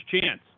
chance